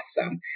awesome